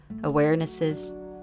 awarenesses